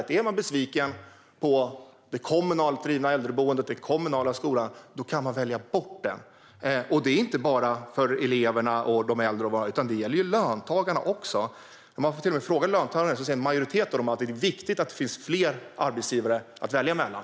Om man är besviken på det kommunalt drivna äldreboendet eller den kommunala skolan kan man välja bort dem. Det gäller inte bara eleverna och de äldre. Det gäller löntagarna också. En majoritet av dem tycker att det är viktigt att det finns flera arbetsgivare att välja mellan.